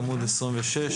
עמוד 26,